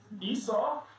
Esau